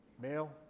male